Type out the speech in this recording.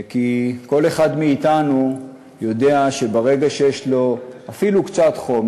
כי כל אחד מאתנו יודע שברגע שיש לו אפילו קצת חום,